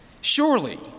Surely